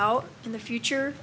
out in the future